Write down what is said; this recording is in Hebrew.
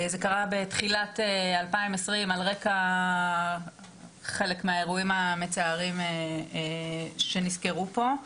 זה קרה בתחילת 2020 על רקע חלק מהאירועים המצערים שנזכרו פה.